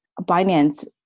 Binance